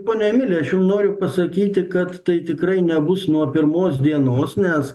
ponia emilija aš jum noriu pasakyti kad tai tikrai nebus nuo pirmos dienos nes